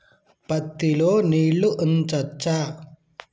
పత్తి లో నీళ్లు ఉంచచ్చా?